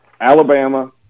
Alabama